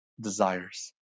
desires